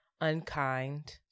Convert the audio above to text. unkind